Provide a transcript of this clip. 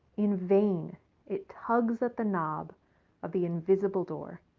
in vain it tugs at the knob of the invisible door.